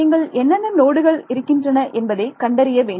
நீங்கள் என்னென்ன நோடுகள் இருக்கின்றன என்பதை கண்டறிய வேண்டும்